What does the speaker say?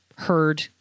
heard